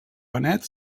benet